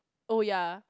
oh ya